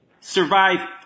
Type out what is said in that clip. survive